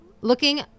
looking